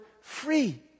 free